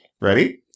Ready